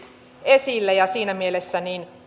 esille ja siinä mielessä